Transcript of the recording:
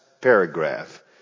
paragraph